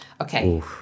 Okay